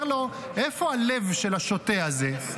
אומר לו: איפה הלב של השוטה הזה?